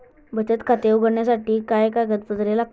बचत खाते उघडण्यासाठी काय कागदपत्रे लागतात?